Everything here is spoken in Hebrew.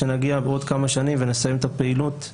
שנגיע בעוד כמה שנים ונסיים את הפעילות.